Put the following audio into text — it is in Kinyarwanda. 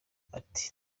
ati